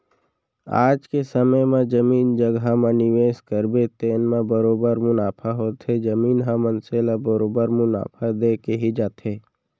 आज के समे म जमीन जघा म निवेस करबे तेने म बरोबर मुनाफा होथे, जमीन ह मनसे ल बरोबर मुनाफा देके ही जाथे